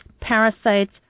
parasites